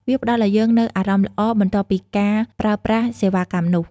វាផ្ដល់ឱ្យយើងនូវអារម្មណ៍ល្អបន្ទាប់ពីការប្រើប្រាស់សេវាកម្មនោះ។